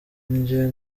indyo